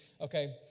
Okay